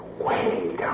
wait